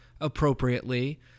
appropriately